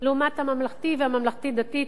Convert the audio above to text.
לעומת הממלכתי והממלכתי-דתי,